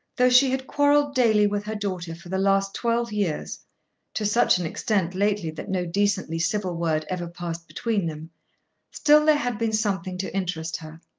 though she had quarrelled daily with her daughter for the last twelve years to such an extent lately that no decently civil word ever passed between them still there had been something to interest her.